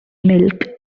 milk